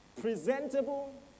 presentable